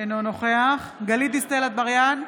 אינו נוכח גלית דיסטל אטבריאן,